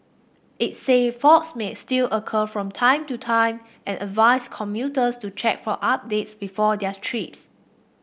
it said faults may still occur from time to time and advised commuters to check for updates before their trips